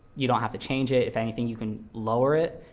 you don't have to change it. if anything, you can lower it,